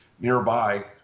nearby